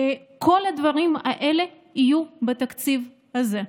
כל הדברים האלה יהיו בתקציב הזה.